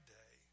day